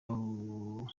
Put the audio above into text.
babaha